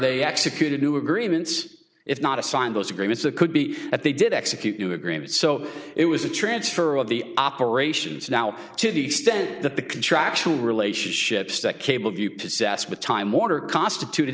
they executed new agreements if not assigned those agreements that could be that they did execute new agreements so it was a transfer of the operations now to the extent that the contractual relationships that came of you possess but time warner constituted